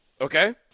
Okay